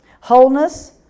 Wholeness